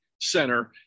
Center